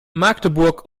magdeburg